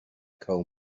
coal